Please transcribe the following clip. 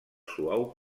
suau